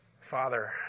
Father